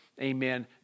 Amen